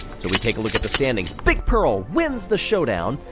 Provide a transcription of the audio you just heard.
so we take a look at the standings, big pearl wins the showdown,